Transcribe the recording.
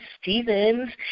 Stevens